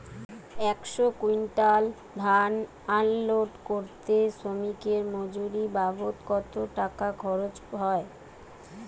একশো কুইন্টাল ধান আনলোড করতে শ্রমিকের মজুরি বাবদ কত টাকা খরচ হয়?